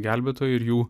gelbėtojų ir jų